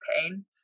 pain